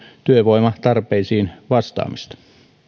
työvoimatarpeisiin vastaamista